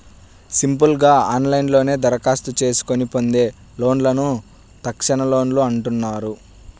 simple గా ఆన్లైన్లోనే దరఖాస్తు చేసుకొని పొందే లోన్లను తక్షణలోన్లు అంటున్నారు